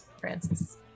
Francis